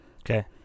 Okay